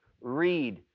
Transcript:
Read